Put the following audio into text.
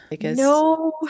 No